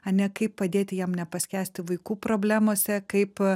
ane kaip padėti jam nepaskęsti vaikų problemose kaip